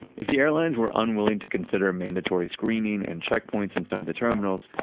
if the airlines were unwilling to consider mandatory screenings and checkpoints inside the terminals,